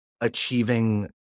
achieving